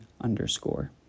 underscore